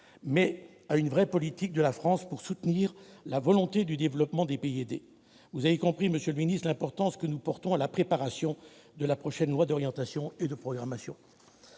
mais en une vraie politique de la France pour soutenir la volonté de développement des pays aidés. Vous avez compris, monsieur le ministre, l'importance que nous accordons à la préparation de la prochaine loi d'orientation et de programmation.